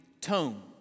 tone